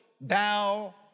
thou